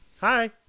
Hi